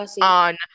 on